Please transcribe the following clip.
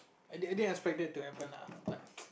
I I didn't expect that to happen lah but